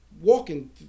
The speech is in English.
walking